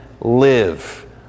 live